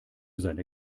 seine